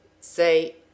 Say